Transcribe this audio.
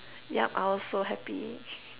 yup I was so happy